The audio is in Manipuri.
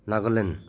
ꯅꯒꯥꯂꯦꯟ